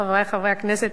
חברי חברי הכנסת,